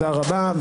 תודה רבה.